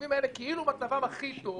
היישובים האלה כאילו מצבם הכי טוב,